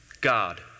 God